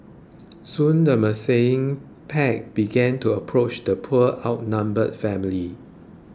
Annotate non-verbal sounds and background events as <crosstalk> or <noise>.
soon the <unintelligible> pack began to approach the poor outnumbered family